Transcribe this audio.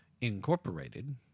Incorporated